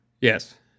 Yes